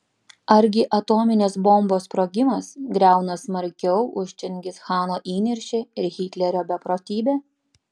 argi atominės bombos sprogimas griauna smarkiau už čingischano įniršį ir hitlerio beprotybę